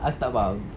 I tak faham